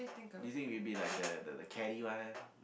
do you think you would be like that the the Kelly one